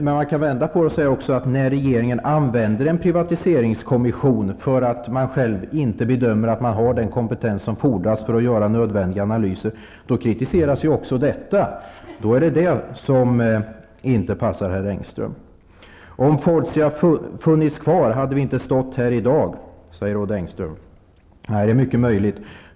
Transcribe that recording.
Man kan också vända på det och säga att när regeringen använder en privatiseringskommission, för att man bedömer att man själv inte har den kompetens som fordras för att göra nödvändiga analyser, kritiseras även detta. Då passar inte det herr Engström. Om Fortia hade funnits kvar hade vi inte stått här i dag, säger Odd Engström. Nej, det är mycket möjligt.